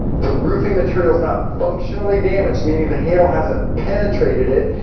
the roofing material is not functionally damaged, meaning the hail hasn't penetrated it,